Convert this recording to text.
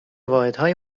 واحدهای